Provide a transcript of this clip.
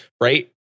right